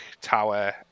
Tower